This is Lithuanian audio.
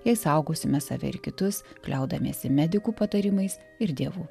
jei saugosime save ir kitus kliaudamiesi medikų patarimais ir dievu